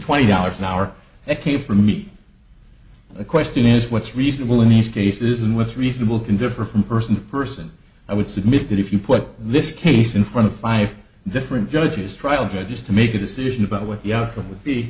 twenty dollars an hour it came from me the question is what's reasonable in these cases and what's reasonable can differ from person to person i would submit that if you put this case in front of five different judges trial judges to make a decision about what the outcome would be